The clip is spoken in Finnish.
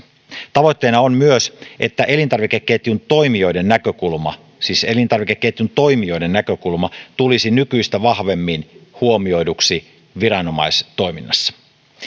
tavoitteena on myös että elintarvikeketjun toimijoiden näkökulma siis elintarvikeketjun toimijoiden näkökulma tulisi nykyistä vahvemmin huomioiduksi viranomaistoiminnassa